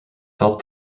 helped